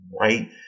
right